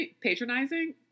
patronizing